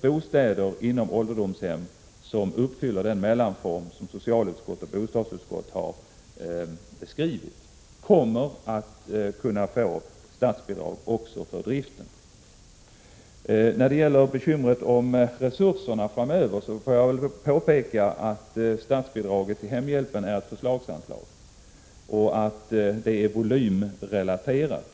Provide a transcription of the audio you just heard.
bostäder i ålderdomshem som uppfyller den mellanform som socialutskottet och bostadsutskottet har beskrivit kommer att kunna få statsbidrag också för driften. När det gäller bekymret med resurserna framöver vill jag påpeka att statsbidraget till hemhjälpen är förslagsanslag och att det är volymrelaterat.